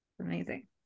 amazing